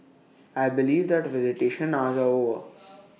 I believe that visitation hours are over